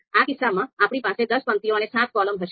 આ કિસ્સામાં આપણી પાસે દસ પંક્તિઓ અને સાત કૉલમ હશે